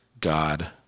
God